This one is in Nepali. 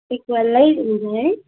इक्वेलै हुन्छ है